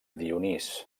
dionís